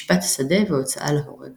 משפט שדה והוצאה להורג